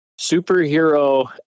superhero